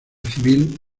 civil